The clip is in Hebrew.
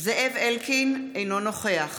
זאב אלקין, אינו נוכח